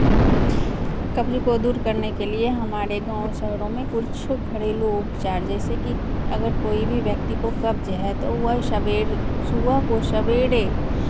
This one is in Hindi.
कब्ज़ को दूर करने के लिए हमारे गाँव शहरों में कुछ घरेलू उपचार जैसे कि अगर कोई भी व्यक्ति को कब्ज़ है तो वह सवेरे सुबह को सवेरे